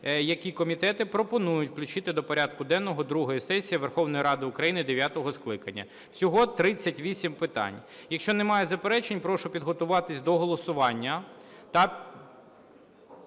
які комітети пропонують включити до порядку денного другої сесії Верховної Ради України дев'ятого скликання. Всього 38 питань. Якщо немає заперечень, прошу підготуватись до голосування